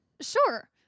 sure